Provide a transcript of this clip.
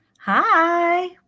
Hi